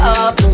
up